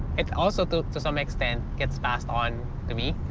it also to to some extent, gets passed on to me.